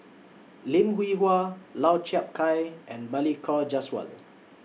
Lim Hwee Hua Lau Chiap Khai and Balli Kaur Jaswal